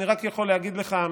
אני רק יכול להגיד לך,